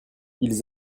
ils